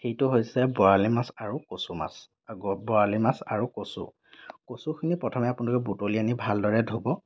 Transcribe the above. সেইটো হৈছে বৰালি মাছ আৰু কচু মাছ বৰালি মাছ আৰু কচু কচুখিনি প্ৰথমে আপোনালোকে বুটলি আনি ভালদৰে ধুব